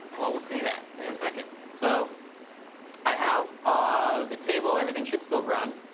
well, we'll see that in a second. so i have um the table. everything should still run.